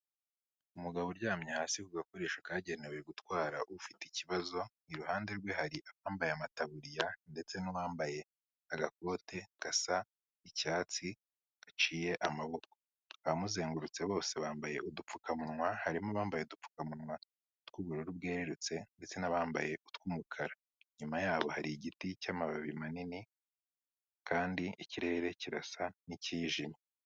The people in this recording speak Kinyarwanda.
Umugabo uryamye hasi ku gakoresho kagenewe gutwara ufite ikibazo, iruhande rwe hari abambaye amataburiya ndetse n'uwambaye agakote gasai icyatsi gaciye amaboko. Abamuzengurutse bose bambaye udupfukamuwa harimo abambaye udupfukamunwa tw'ubururu bwerurutse ndetse n'abambaye utw'umukara inyuma yabo hari igiti cy'amababi manini kandi ikirere kirasa n'icyijimye.